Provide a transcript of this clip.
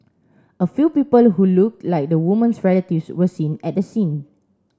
a few people who looked like the woman's relatives were seen at the scene